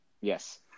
Yes